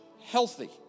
healthy